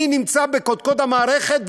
מי נמצא בקדקוד המערכת,